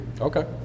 Okay